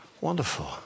Wonderful